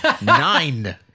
Nine